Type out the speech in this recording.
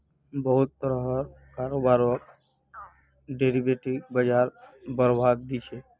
बहुत तरहर कारोबारक डेरिवेटिव बाजार बढ़ावा दी छेक